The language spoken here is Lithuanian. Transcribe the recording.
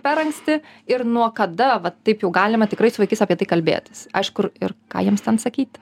per anksti ir nuo kada va taip jau galima tikrai su vaikais apie tai kalbėtis aš kur ir ir ką jiems ten sakyti